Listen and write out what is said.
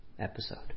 episode